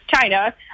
China